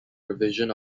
provision